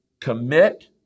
commit